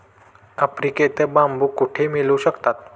आफ्रिकेत बांबू कुठे मिळू शकतात?